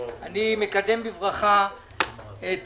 אני מקדם בברכה את